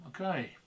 Okay